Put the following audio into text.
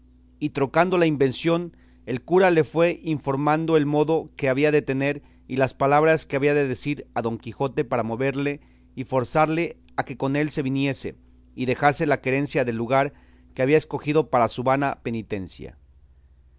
y trocando la invención el cura le fue informando el modo que había de tener y las palabras que había de decir a don quijote para moverle y forzarle a que con él se viniese y dejase la querencia del lugar que había escogido para su vana penitencia